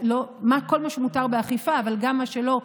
כל מה שמותר באכיפה אבל גם מה שלא,